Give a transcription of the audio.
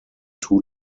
two